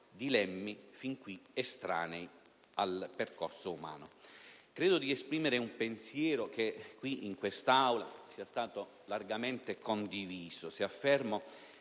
dilemmi fin qui estranei al percorso umano. Credo di esprimere un pensiero in quest'Aula largamente condiviso se affermo